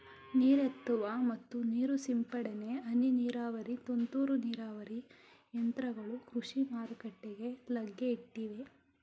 ನೀರೆತ್ತುವ ಮತ್ತು ನೀರು ಸಿಂಪಡನೆ, ಹನಿ ನೀರಾವರಿ, ತುಂತುರು ನೀರಾವರಿ ಯಂತ್ರಗಳು ಕೃಷಿ ಮಾರುಕಟ್ಟೆಗೆ ಲಗ್ಗೆ ಇಟ್ಟಿವೆ